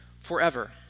forever